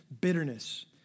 bitterness